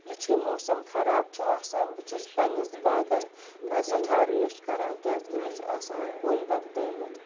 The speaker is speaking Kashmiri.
یُتھُے موسم خراب چھُ آسان بہٕ چھٮ۪س پَنٛنِس باغَس سٮ۪ٹھاہ رٲچھ کَران کیازِکہ مےٚ چھِ آسان کُلۍ ووٚپدٲومٕتۍ